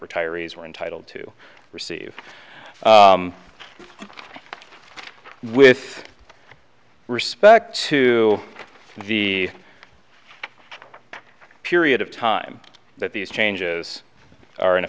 retirees were entitled to receive with respect to the period of time that these changes are in